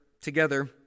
together